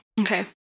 Okay